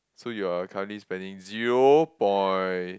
so you are currently spending zero point